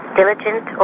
diligent